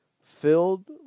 filled